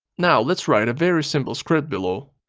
now let's write a very simple script below.